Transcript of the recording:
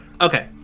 Okay